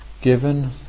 Given